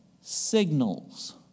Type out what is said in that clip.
Signals